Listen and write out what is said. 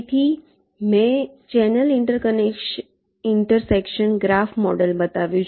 તેથી મેં channel intersection graph model બતાવ્યું છે